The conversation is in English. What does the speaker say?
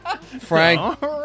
Frank